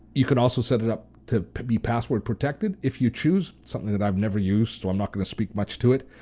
you could also set it up to be password protected if you choose, something that i've never used so i'm not going to speak much to it.